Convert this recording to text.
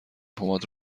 پماد